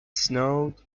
snowed